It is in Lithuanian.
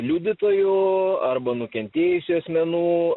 liudytojų arba nukentėjusių asmenų